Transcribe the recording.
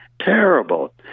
Terrible